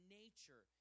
nature